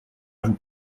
vous